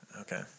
Okay